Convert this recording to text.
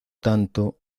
tanto